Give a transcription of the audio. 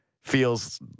feels